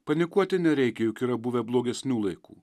panikuoti nereikia juk yra buvę blogesnių laikų